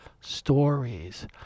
stories